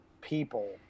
people